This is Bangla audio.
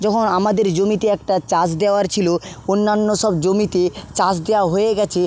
যখন আমাদের জমিতে একটা চাষ দেওয়ার ছিলো অন্যান্য সব জমিতে চাষ দেওয়া হয়ে গেছে